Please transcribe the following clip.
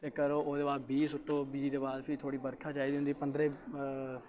ते करो ओह्दे बाद बीऽ सुट्टो बीऽ दे बाद फ्ही थोह्ड़ी बरखा चाहिदी होंदी पंदरें